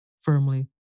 firmly